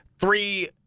Three